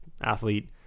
athlete